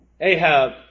Ahab